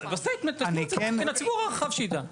אז ב- statement תוסיפו את זה גם כן לציבור הרחב שיידע.